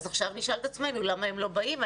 אז עכשיו נשאל את עצמנו למה הם לא באים,